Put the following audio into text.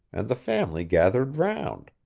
and the family gathered round.